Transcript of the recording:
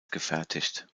gefertigt